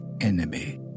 enemy